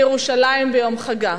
מירושלים ביום חגה,